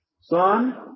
Son